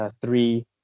three